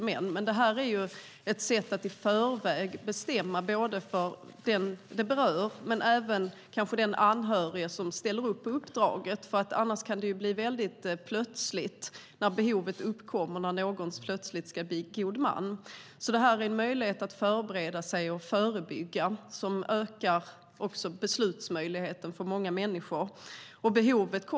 Men det här är ett sätt, både för den som det berör men även för den som kanske är anhörig och ställer upp på uppdraget, att bestämma det i förväg. Det kan annars ske väldigt plötsligt, när behovet uppkommer och någon plötsligt ska bli god man. Det är en möjlighet att förbereda sig och förebygga, vilket också ökar beslutsmöjligheten för många.